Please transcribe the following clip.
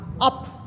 Up